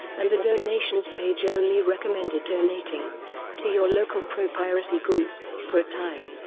and the donations page only recommended donating to your local pro-piracy group for a time,